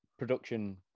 production